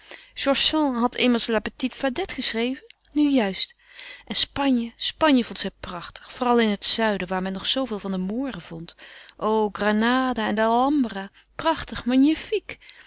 sand had immers la petite fadette geschreven nu juist en spanje spanje vond zij prachtig vooral in het zuiden waar men nog zooveel van de mooren vond o granada en de alhambra prachtig magnifique